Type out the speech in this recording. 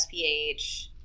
SPH